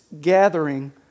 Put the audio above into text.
gathering